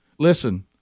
Listen